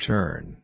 Turn